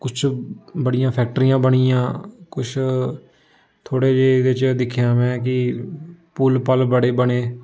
कुछ बड़ियां फैक्टरियां बनी गेइयां कुछ थोड़े जनेह् एह्दे च दिक्खेआ में कि पुल पल बड़े बने